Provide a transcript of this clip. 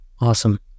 awesome